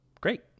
Great